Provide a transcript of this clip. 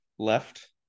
Left